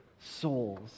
souls